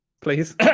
Please